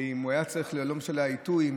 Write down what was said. ולא משנה העיתוי,